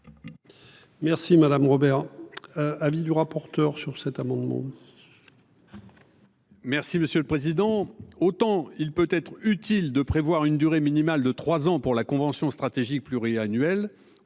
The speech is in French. Merci, madame Robert. Avis du rapporteur sur cet amendement.